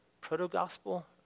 proto-gospel